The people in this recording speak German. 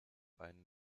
einen